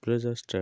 ব্লেজারটার